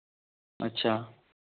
अच्छा